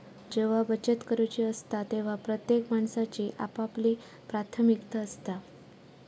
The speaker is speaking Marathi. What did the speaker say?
जेव्हा बचत करूची असता तेव्हा प्रत्येक माणसाची आपापली प्राथमिकता असता